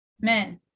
men